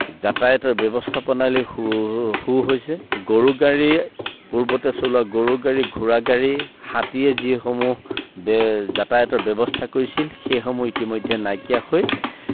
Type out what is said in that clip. যাতায়তৰ ব্যৱস্থা প্ৰণালী সু সু হৈছে গৰু গাড়ী পূৰ্বতে চলোৱা গৰু গাড়ী ঘোৰা গাড়ী হাতীয়ে যিসমূহ বে যাতায়তৰ ব্যৱস্থা কৰিছিল সেইসমূহ ইতিমধ্যে নাইকিয়া হৈ